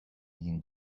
egin